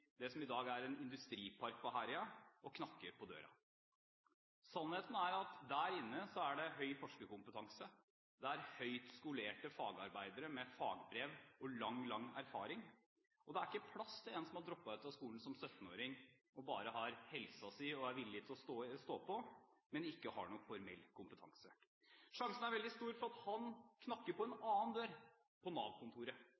det som i dag er en industripark på Herøya og knakker på døren? Sannheten er at der inne er det høy forskerkompetanse. Der er det høyt skolerte fagarbeidere med fagbrev og lang, lang erfaring. Det er ikke plass til en som har droppet ut av skolen som 17-åring, som bare har helsen sin og er villig til å stå på, men som ikke har noen formell kompetanse. Sjansene er veldig store for at han knakker på